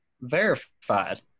verified